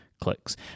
clicks